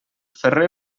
ferrer